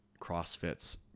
CrossFit's